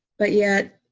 but yet,